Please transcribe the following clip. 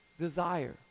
desire